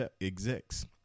execs